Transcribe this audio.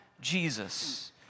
Jesus